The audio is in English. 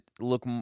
look